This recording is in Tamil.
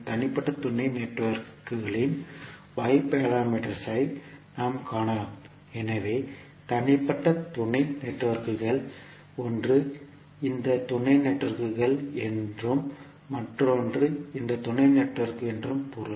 தனிப்பட்ட துணை நெட்வொர்க்குகளின் Y பாராமீட்டர்ஸ் ஐ நாம் காணலாம் எனவே தனிப்பட்ட துணை நெட்வொர்க்குகள் ஒன்று இந்த துணை நெட்வொர்க்குகள் என்றும் மற்றொன்று இந்த துணை நெட்வொர்க் என்றும் பொருள்